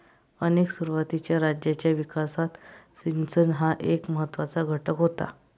अनेक सुरुवातीच्या राज्यांच्या विकासात सिंचन हा एक महत्त्वाचा घटक होता